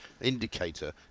indicator